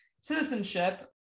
citizenship